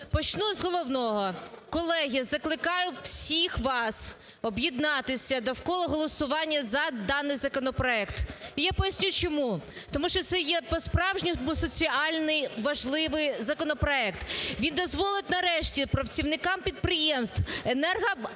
Почну з головного. Колеги, закликаю всіх вас об'єднатися довкола голосування за даний законопроект. І я поясню, чому. Тому що це є , по-справжньому, соціальний, важливий законопроект. Він дозволить нарешті працівникам підприємств "Енергоатом",